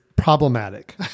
problematic